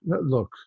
look